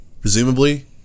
presumably